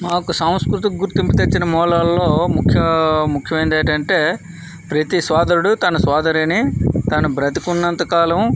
మాకు సాంస్కృతి గుర్తింపు తెచ్చిన మూలల్లో ముఖ్య ముఖ్యమైనది ఏంటంటే ప్రతి సోదరుడు తన సోదరిని తను బ్రతికున్నంత కాలం